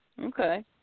Okay